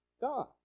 God